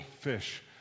fish